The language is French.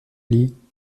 lit